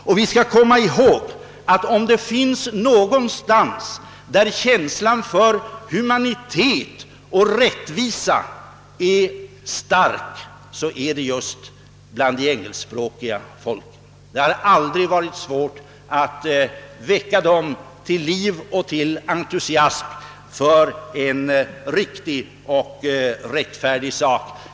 Vidare skall vi komma ihåg, att om känslan för humanitet och rättvisa är stark någonstans, så är det just hos de engelskspråkiga folken. Där har det aldrig varit svårt att väcka människor till liv och entusiasm för en riktig och rättfärdig sak.